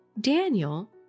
Daniel